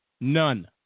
None